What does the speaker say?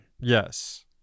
Yes